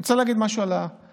אני רוצה לומר משהו על הקצבאות.